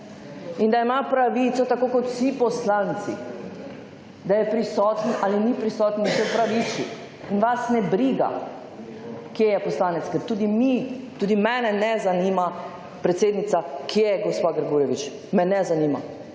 In da ima pravico tako kot vsi poslanci, da je prisoten ali ni prisoten in se opraviči. In vas ne briga, kje je poslanec, ker tudi mi, tudi mene ne zanima, predsednica, kje je gospa Grgurevič. Me ne zanima.